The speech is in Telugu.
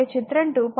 కాబట్టి చిత్రం 2